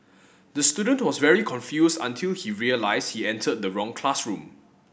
the student was very confused until he realise he enter the wrong classroom